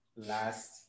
Last